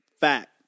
Fact